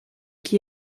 qui